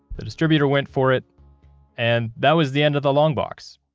the distributor went for it and that was the end of the long box.